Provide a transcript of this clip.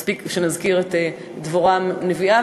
מספיק שנזכיר את דבורה הנביאה,